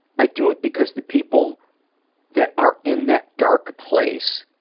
i do it because the people that are in that dark place